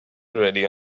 ready